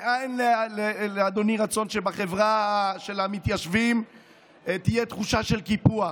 ואין לאדוני רצון שבחברה של המתיישבים תהיה תחושה של קיפוח,